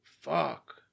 fuck